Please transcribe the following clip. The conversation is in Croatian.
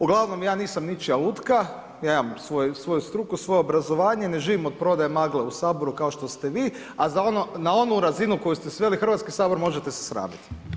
Ugl. ja nisam ničija lutka, ja imam svoju struku, svoje obrazovanje, ne živim od prodaje magle u Saboru, kao što ste vi, a za ono na onu razinu na koju ste sveli Hrvatski sabor, možete se sramiti.